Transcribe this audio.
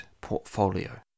portfolio